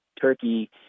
Turkey